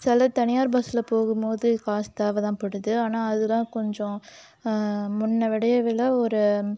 சில தனியார் பஸ்சில் போகும் போது காசு தேவை தான்படுது ஆனால் அதெல்லாம் கொஞ்சம் முன்னை விடவே விலை ஒரு